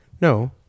No